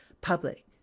public